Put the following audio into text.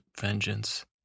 vengeance